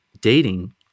dating